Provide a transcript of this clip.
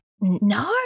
No